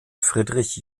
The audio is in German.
friedrich